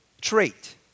trait